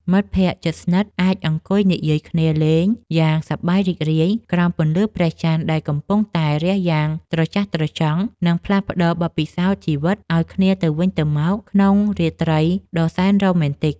មិត្តភក្តិជិតស្និទ្ធអាចអង្គុយនិយាយគ្នាលេងយ៉ាងសប្បាយរីករាយក្រោមពន្លឺព្រះចន្ទដែលកំពុងតែរះយ៉ាងត្រចះត្រចង់ និង ផ្លាស់ប្តូរបទពិសោធន៍ជីវិតឱ្យគ្នាទៅវិញទៅមកក្នុងរាត្រីដ៏សែនរ៉ូមែនទិក។